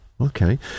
Okay